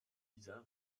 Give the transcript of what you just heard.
lisa